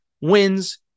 wins